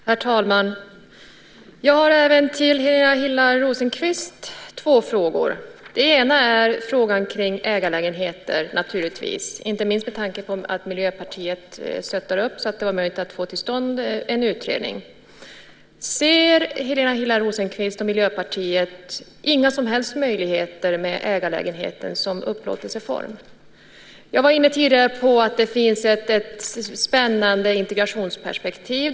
Herr talman! Jag har även två frågor till Helena Hillar Rosenqvist. Först är det naturligtvis frågan om ägarlägenheter, inte minst med tanke på att Miljöpartiet stödde det här så att det var möjligt att få till stånd en utredning. Ser Helena Hillar Rosenqvist och Miljöpartiet inga som helst möjligheter med ägarlägenheten som upplåtelseform? Jag var tidigare inne på att det finns ett spännande integrationsperspektiv.